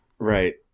Right